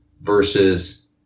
versus